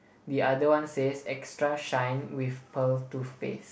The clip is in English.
the other one says extra shine with pearl toothpaste